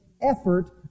effort